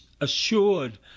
assured